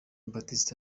baptiste